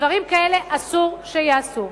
דברים כאלה אסור שייעשו.